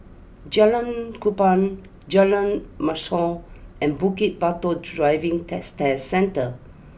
Jalan Kupang Jalan Mashhor and Bukit Batok Driving Test a Centre